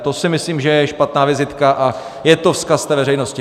To si myslím, že je špatná vizitka a je to vzkaz veřejnosti.